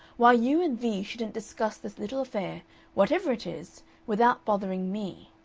why you and vee shouldn't discuss this little affair whatever it is without bothering me.